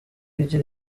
igira